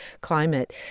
climate